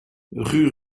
rue